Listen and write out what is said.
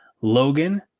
Logan